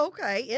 Okay